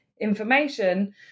Information